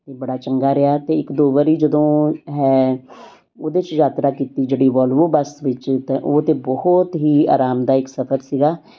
ਅਤੇ ਬੜਾ ਚੰਗਾ ਰਿਹਾ ਅਤੇ ਇੱਕ ਦੋ ਵਾਰੀ ਜਦੋਂ ਹੈ ਉਹਦੇ 'ਚ ਯਾਤਰਾ ਕੀਤੀ ਜਿਹੜੀ ਵੋਲਵੋ ਬੱਸ ਵਿੱਚ ਤਾਂ ਉਹ ਤਾਂ ਬਹੁਤ ਹੀ ਆਰਾਮਦਾਇਕ ਸਫ਼ਰ ਸੀਗਾ